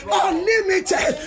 unlimited